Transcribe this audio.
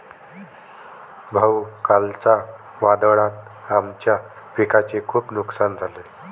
भाऊ, कालच्या वादळात आमच्या पिकाचे खूप नुकसान झाले